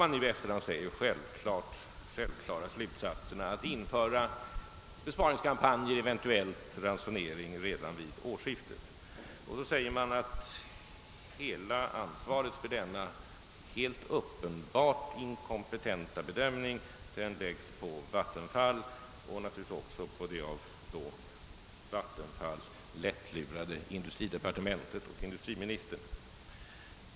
Man menar att den helt självklara slutsatsen att starta en besparingskampanj skulle ha dragits vid årsskiftet. Hela ansvaret för den som man säger uppenbart inkompetenta bedömningen läggs på Vattenfall och naturligtvis också på det av Vattenfall lättlurade industridepartementet och industriministern.